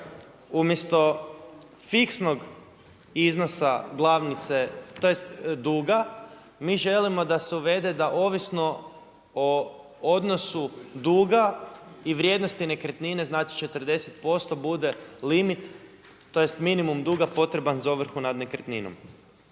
umjesto fiksnog iznosa glavnice tj. duga mi želimo da se uvede da ovisno o odnosu duga i vrijednosti nekretnine, znači 40% bude limit, tj. minimum duga potreban za ovrhu nad nekretninom.